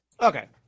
Okay